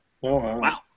wow